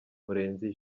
murenzi